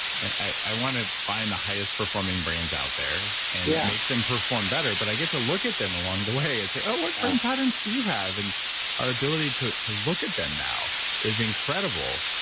i want to find the highest performing brains out there and make them perform better. but i get to look at them along the way and say, oh, what brain patterns do you have? and our ability to to look at them now is incredible.